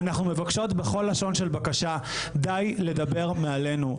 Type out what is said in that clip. אנחנו מבקשות בכל לשון של בקשה די לדבר מעלינו.